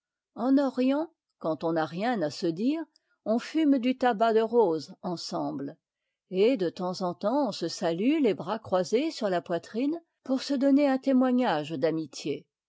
en orient quand on n'a rien à se dire on fume du tabac de rose ensemble et de temps en temps on se salue les bras croisés sur la poitrine pour se donner un témoignage d'amitié